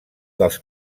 dels